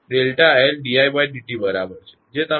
તેથી Δ𝐿 ખરેખર ×Δ𝑥 ની બરાબર છે તે છે 𝐿